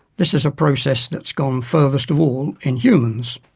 this is a process that's gone furthest of all in humans.